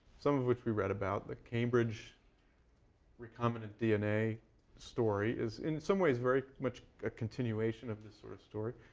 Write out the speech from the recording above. some of which we read about. the cambridge recombinant dna story is in some ways very much a continuation of this sort of story.